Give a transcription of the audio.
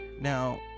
Now